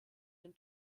den